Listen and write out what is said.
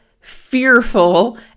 fearful